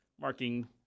marking